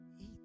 eat